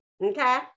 Okay